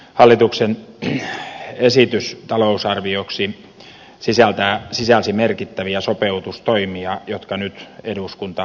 hallituksen esitys talousarvioksi sisälsi merkittäviä sopeutustoimia jotka nyt eduskunta siis päättää